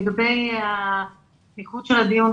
לגבי מיקוד הדיון,